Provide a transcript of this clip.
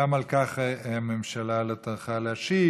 גם על כך הממשלה לא טרחה להשיב.